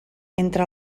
entre